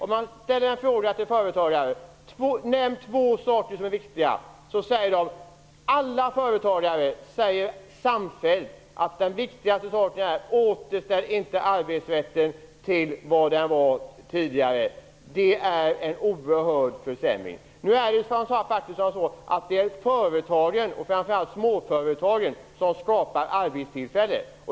Om man frågar företagarna i Sverige om vad de tycker är viktigt, så säger de samfällt att det viktigaste är att inte återställa arbetsrätten till vad den var tidigare. Det skulle innebära en oerhörd försämring. Det är företagen, och framför allt småföretagen, som skapar arbetstillfällen.